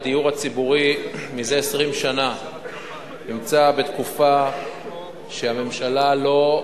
הדיור הציבורי זה 20 שנה נמצא בתקופה שהממשלה לא,